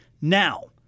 Now